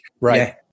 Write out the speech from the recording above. Right